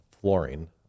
flooring